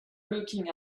looking